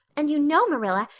and you know, marilla,